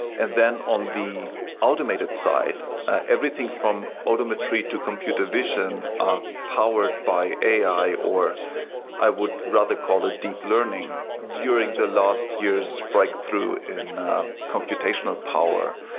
and then on the automated side, everything from auto imagery to computer vision are powered by ai or i would rather call it deep learning during the last years breakthrough in computational power.